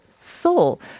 Soul